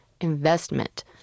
investment